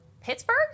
Pittsburgh